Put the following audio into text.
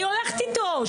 אני הולכת איתו,